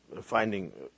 finding